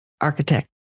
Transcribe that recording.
architect